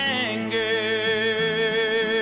anger